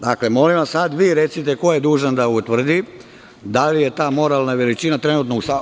Dakle, molim vas, sad vi recite ko je dužan da utvrdi da li je ta moralna veličina trenutno u sali?